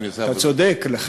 אתה צודק.